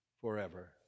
forever